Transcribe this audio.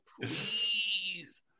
please